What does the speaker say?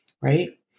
right